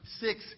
six